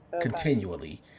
continually